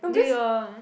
do your